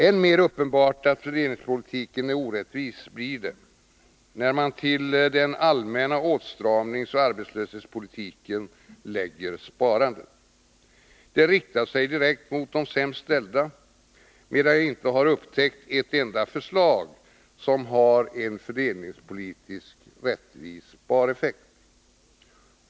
Än mer uppenbart att fördelningspolitiken är orättvis blir det, när man till den allmänna åtstramningsoch arbetslöshetspolitiken lägger sparandet. Det riktar sig direkt mot de sämst ställda, medan jag inte har upptäckt ett enda förslag som har en fördelningspolitiskt rättvis spareffekt.